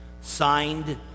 Signed